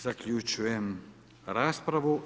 Zaključujem raspravu.